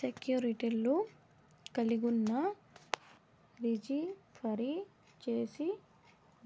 సెక్యూర్టీలు కలిగున్నా, రిజీ ఫరీ చేసి